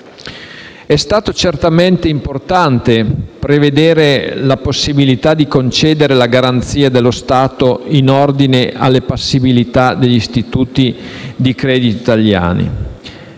È stato certamente importante prevedere la possibilità di concedere la garanzia dello Stato in ordine alle passività degli istituti di credito italiani.